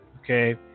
Okay